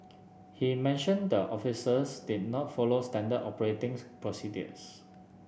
he mentioned the officers did not follow standard operating procedures